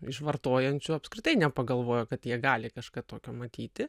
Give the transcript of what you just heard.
iš vartojančių apskritai nepagalvoja kad jie gali kažką tokio matyti